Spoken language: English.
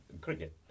cricket